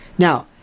Now